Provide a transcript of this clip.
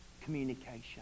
Communication